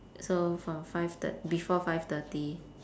so from five thirt~ before five thirty